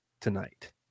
tonight